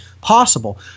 possible